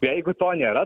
jeigu to nėra